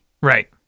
Right